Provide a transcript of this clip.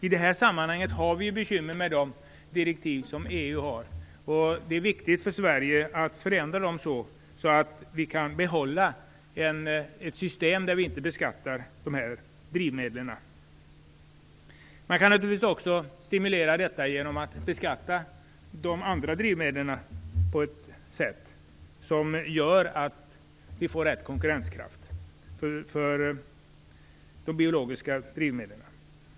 I det sammanhanget är det bekymmer med EU:s direktiv, och det är viktigt för Sverige att förändra dem så att vi kan behålla ett system där vi inte beskattar de drivmedlen. Man kan naturligtvis också stimulera detta genom att beskatta de andra drivmedlen, på ett sådant sätt att de biologiska drivmedlen får bättre konkurrenskraft.